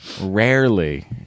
rarely